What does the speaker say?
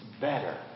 better